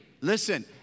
listen